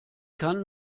kann